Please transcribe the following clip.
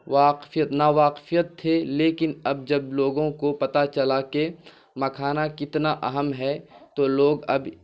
واقفیت ناواقف تھے لیکن اب جب لوگوں کو پتہ چلا کہ مکھانا کتنا اہم ہے تو لوگ اب